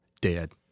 dead